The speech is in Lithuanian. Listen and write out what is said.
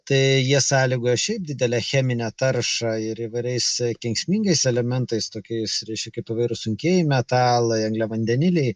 tai jie sąlygoja šiaip didelę cheminę taršą ir įvairiais kenksmingais elementais tokiais reiškia kaip yra sunkieji metalai angliavandeniliai